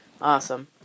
Awesome